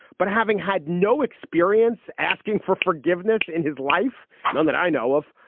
but having had no experience asking for forgiveness in his life. none that i know of.